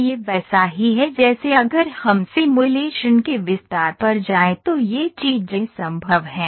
यह वैसा ही है जैसे अगर हम सिमुलेशन के विस्तार पर जाएं तो ये चीजें संभव हैं